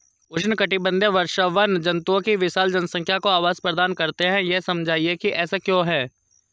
उष्णकटिबंधीय वर्षावन जंतुओं की विशाल जनसंख्या को आवास प्रदान करते हैं यह समझाइए कि ऐसा क्यों है?